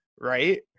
right